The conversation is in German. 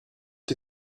die